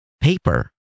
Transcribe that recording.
paper